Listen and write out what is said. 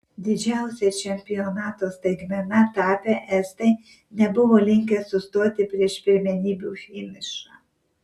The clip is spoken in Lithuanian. didžiausia čempionato staigmena tapę estai nebuvo linkę sustoti prieš pirmenybių finišą